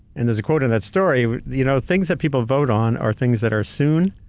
and there's a quote in that story, you know, things that people vote on are things that are soon,